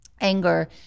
anger